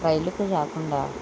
రైలుకు రాకుండా